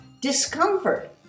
discomfort